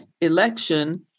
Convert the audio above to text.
election